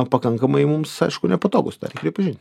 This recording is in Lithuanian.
pakankamai mums aišku nepatogus tą reik pripažint